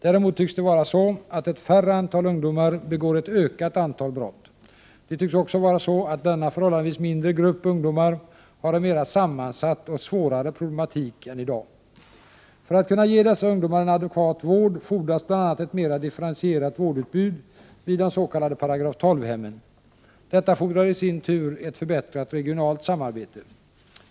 Däremot tycks det vara så att ett färre antal ungdomar begår ett ökat antal brott. Det tycks också vara så att denna förhållandevis mindre grupp ungdomar har en mera sammansatt och svårare problematik i dag. För att kunna ge dessa ungdomar en adekvat vård fordras bl.a. ett mera differentierat vårdutbud vid de s.k. § 12-hemmen. Detta fordrar i sin tur ett förbättrat regionalt samarbete.